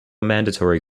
mandatory